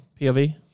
POV